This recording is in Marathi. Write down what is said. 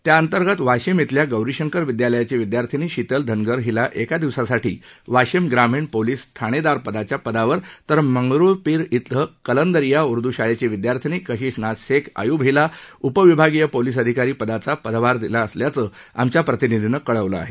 त्याअंतर्गत वाशिम इथल्या गौरीशंकर विद्यालयाची विद्यार्थिनी शीतल धनगर हीला एका दिवसासाठी वाशिम ग्रामीण पोलिस ठाणेदारपदाच्या पदावर तर मंगरुळपिर इथं कलंदरिया उर्द शाळेची विदयार्थिनी कशीश नाझ शेख आय्ब हिला उपविभागीय पोलीस अधिकारी पदाचा पदभार दिला असल्याचं आमच्या प्रतिनिधीनं कळवलं आहे